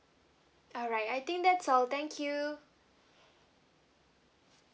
alright I think that's all thank you